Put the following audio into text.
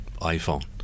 iPhone